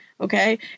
okay